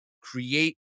create